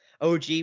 OG